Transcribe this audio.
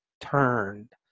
turned